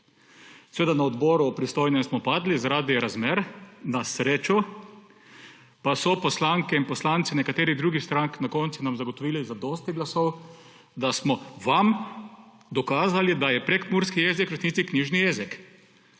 Seveda smo na pristojnem odboru padli zaradi razmer, na srečo pa so poslanke in poslanci nekaterih drugih strank na koncu nam zagotovili zadosti glasov, da smo vam dokazali, da je prekmurski jezik v resnici knjižni jezik.